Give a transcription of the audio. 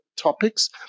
topics